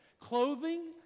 Clothing